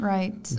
Right